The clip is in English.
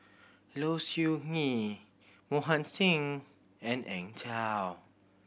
Low Siew Nghee Mohan Singh and Eng Tow